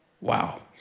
Wow